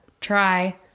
Try